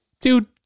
dude